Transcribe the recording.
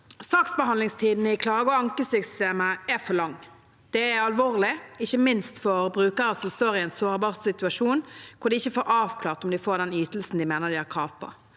Saksbe- handlingstiden i klage- og ankesystemet er for lang. Det er alvorlig, ikke minst for brukere som står i en sårbar situasjon, hvor de ikke får avklart om de får den ytelsen de mener de har krav på.